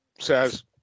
says